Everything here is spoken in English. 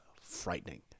frightening